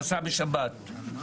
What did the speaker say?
נסע בשבת.